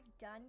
done